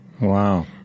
Wow